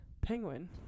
Penguin